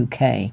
UK